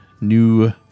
new